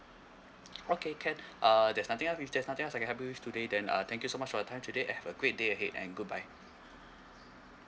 okay can uh there's nothing else with there's nothing else I can help you with today then uh thank you so much for your time today and have a great day ahead and goodbye